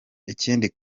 ikindi